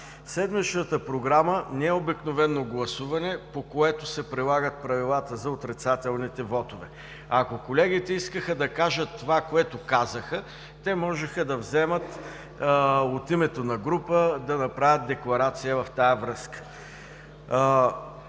Седмичната програма не е обикновено гласуване, по което се прилагат правилата за отрицателните вотове. Ако колегите искаха да кажат това, което казаха, те можеха да вземат думата от името на група и да направят декларация в тази връзка.